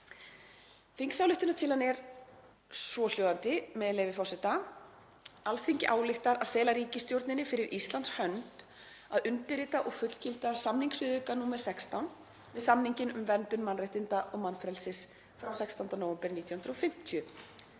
Þingsályktunartillagan er svohljóðandi, með leyfi forseta: „Alþingi ályktar að fela ríkisstjórninni fyrir Íslands hönd að undirrita og fullgilda samningsviðauka nr. 16 við samninginn um verndun mannréttinda og mannfrelsis frá 4. nóvember 1950